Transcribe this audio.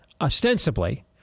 ostensibly